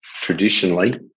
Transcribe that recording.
traditionally